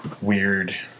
weird